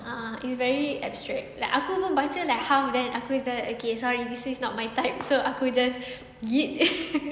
ah it's very abstract like aku pun baca like half and aku just okay sorry this is not my type so aku just delete